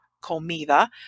comida